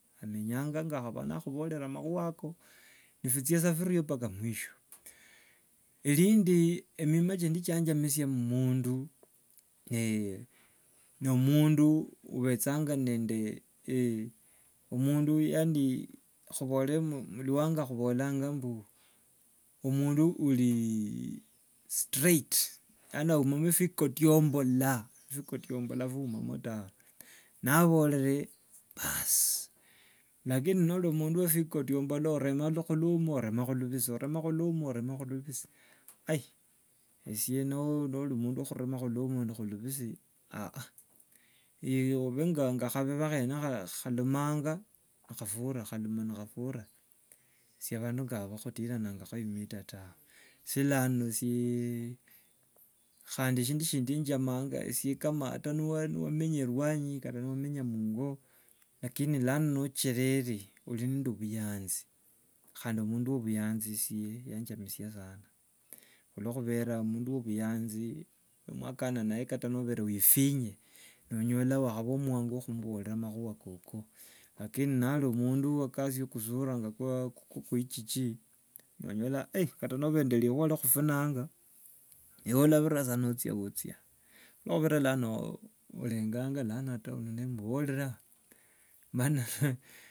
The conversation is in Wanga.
Amenyanga nga yakhakhuva yakhubareranga makhuwa ako bicha bhirio mpaka mwisho. Erindi emima chindi chanjamishinja mu- mundu ne ne- omundu obechanga nende omundu yaani khubore bhawanga khuboranga mbu mundu uri straight, yaani aumamo fikotyombolo, fikotyombolo biumamo haba tawe! Na- aborere baasi. Lakini nori mundu we fikotyombolo orema lukhwi lwomu oremakho lubhisi, oremakho lwomu oremakho lubhisi. nori mundu wokhurema khulwomu nende khulubisi ori nga habeba hene halumanga ni hafurayo, haluma ni hafurayo, esye abandu nga avo sikhutirananga imita tawe! khandi shindu shindi njamanga esye kata niwari wamenya erwanyi kata niwamenya mungo lakini lano no- cherere ori nde obuyanzi, khandi omundu wo obuyanzi yanjamisia sana. Khulokhubera mundu wo obuyanzi niwakana naye kata nobere wefinyire nonyola wakhaba wo mwangu okhumuborera amakhuwa ko- ko. Lakini nari omundu yakasia kusura nga kwe richina wenyola ata nobere nekhuwa ribere rikhufunanga ewe olavira sa nocha wochia. khulokhubera lano orenganga lano uno namuborera mana.